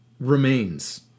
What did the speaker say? remains